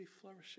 flourishing